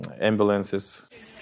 ambulances